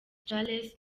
charles